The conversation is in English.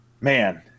man